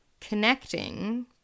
connecting